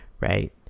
right